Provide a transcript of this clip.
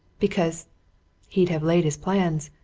because he'd have laid his plans.